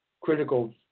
critical